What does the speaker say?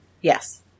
Yes